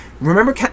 remember